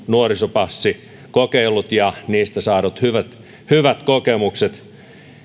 nuorisopassikokeilut ja niistä saadut hyvät hyvät kokemukset